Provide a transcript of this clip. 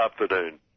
afternoon